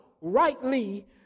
rightly